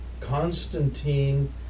Constantine